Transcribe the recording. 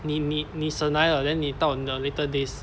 你你你省来了 then 你到你的 later days